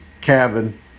cabin